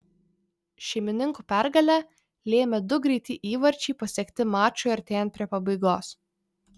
šeimininkų pergalę lėmė du greiti įvarčiai pasiekti mačui artėjant prie pabaigos